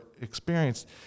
experienced